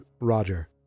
Roger